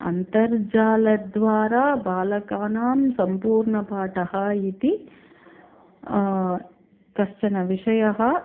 अन्तर्जालद्वारा बालकानां सम्पूर्णः पाठः इति कश्चनविषयः